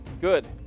Good